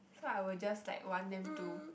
so I will just like want them to